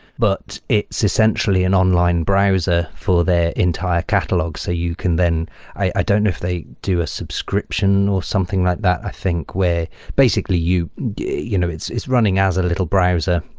but it's essentially an online browser for their entire catalog, so you can then i don't know if they do a subscription or something like that. i think where basically you you know it's it's running as a little browser.